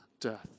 death